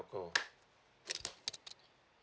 telco